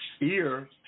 Ear